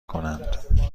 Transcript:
کنند